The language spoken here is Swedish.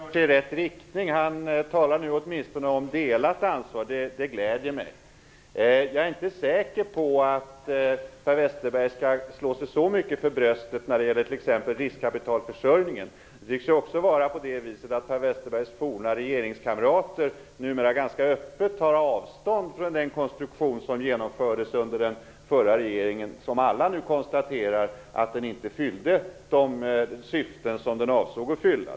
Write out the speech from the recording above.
Herr talman! Jag tycker att Per Westerberg rör sig i rätt riktning. Han talar nu åtminstone om delat ansvar, och det gläder mig. Jag är inte säker på att Per Westerberg skall slå sig så mycket för bröstet när det gäller t.ex. riskkapitalförsörjningen. Det tycks vara så att Per Westerbergs forna regeringskamrater numera ganska öppet tar avstånd från den konstruktion som genomfördes under den förra regeringen. Alla konstaterar numera att den inte fyllde de syften som den avsåg att fylla.